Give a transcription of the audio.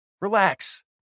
Relax